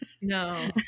No